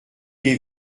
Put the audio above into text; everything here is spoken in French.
des